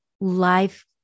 life